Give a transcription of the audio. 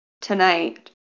tonight